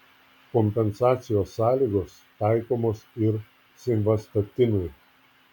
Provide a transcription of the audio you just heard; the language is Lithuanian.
kompensacijos sąlygos taikomos ir simvastatinui